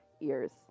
ears